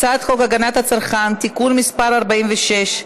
הצעת חוק הגנת הצרכן (תיקון מס' 46),